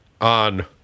on